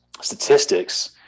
statistics